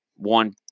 one